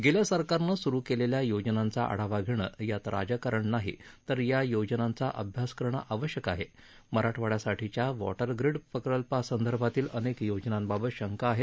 गेल्या सरकारनं सुरु केलेल्या योजनांचा आढावा घेणं यात राजकारण नाही तर त्या योजनांचा अभ्यास करणं आवश्यक आहे मराठवाड्यासाठीच्या वॉटर ग्रीड प्रकल्पासंदर्भातील अनेक योजनांबाबत शंका आहेत